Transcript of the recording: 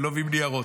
ולא מביאים נייר,